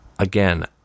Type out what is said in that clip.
Again